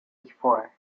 before